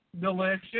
delicious